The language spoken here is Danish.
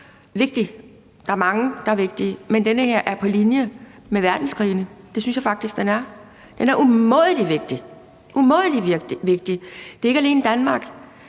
vigtig. Der er mange, der er vigtige, men den her er på linje med verdenskrigene. Det synes jeg faktisk den er. Den er umådelig vigtig – umådelig vigtig. Det var ikke alene i Danmark;